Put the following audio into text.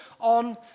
on